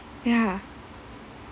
ya